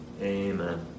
Amen